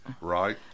right